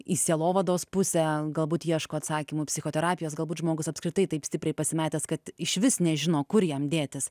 į sielovados pusę galbūt ieško atsakymų psichoterapijos galbūt žmogus apskritai taip stipriai pasimetęs kad išvis nežino kur jam dėtis